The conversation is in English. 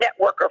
networker